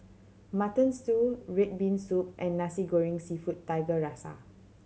Mutton Stew red bean soup and Nasi Goreng Seafood Tiga Rasa